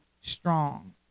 strong